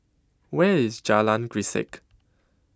Where IS Jalan Grisek